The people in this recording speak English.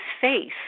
face